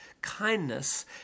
kindness